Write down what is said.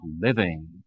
living